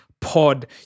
Pod